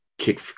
kick